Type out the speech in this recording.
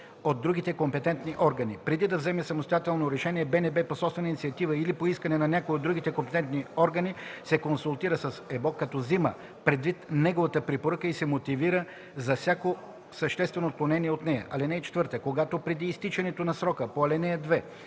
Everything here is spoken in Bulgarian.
от другите компетентни органи. Преди да вземе самостоятелно решение, БНБ по собствена инициатива или по искане на някой от другите компетентни органи се консултира с ЕБО, като взема предвид неговата препоръка и се мотивира за всяко съществено отклонение от нея. (4) Когато преди изтичането на срока по ал. 2